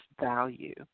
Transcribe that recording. value